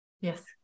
Yes